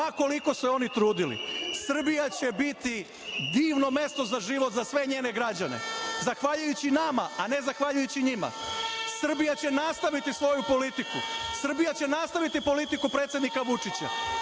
ma koliko se oni trudili, Srbija će biti divno mesto za život za sve njene građane zahvaljujući nama, a ne zahvaljujući njima. Srbija će nastaviti svoju politiku. Srbija će nastaviti politiku predsednika Vučića.